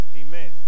Amen